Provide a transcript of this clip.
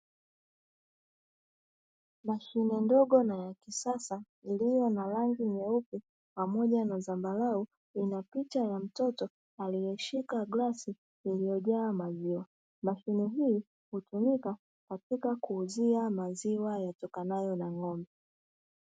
Mashine ndogo na ya kisasa iliyo na rangi nyeupe pamoja na dhambarau, ina picha ya mtoto na aliyeshika glasi iliyojaa maziwa, mashine hii hutumika katika kuuzia maziwa yatokanayo na ng'ombe.